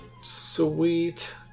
Sweet